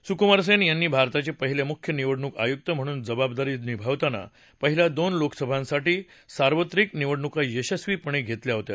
सुकुमार सेन यांनी भारताचे पहिले मुख्य निवडणूक आयुक्त म्हणून जबाबदारी निभावताना पहिल्या दोन लोकसभांसाठी सार्वत्रिक निवडणुका यशस्वीपणे घेतल्या होत्या